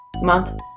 Month